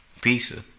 pizza